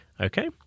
Okay